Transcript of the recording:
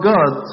God